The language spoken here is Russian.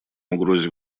угрозе